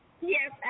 Yes